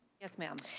yes ma'am.